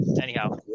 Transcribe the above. anyhow